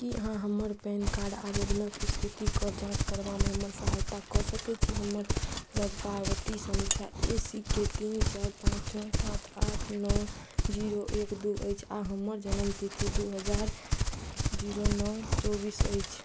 की अहाँ हमर PAN card आबेदनक स्थितिके जाँच करबामे हमर सहायता कऽ सकैत छी हमर लग पावती संख्या ए सीके तीन चारि पाँच छओ सात आठ नओ जीरो एक दू अछि आ हमर जन्म तिथि दू हजार जीरो नओ चौबीस अछि